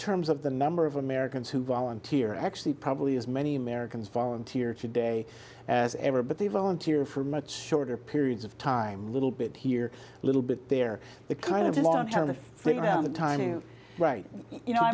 terms of the number of americans who volunteer actually probably as many americans volunteer today as ever but they volunteer for much shorter periods of time little bit here a little bit there to kind of long term the timing right you know i